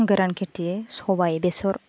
गोरान खेथि सबाय बेसर